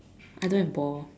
I don't have ball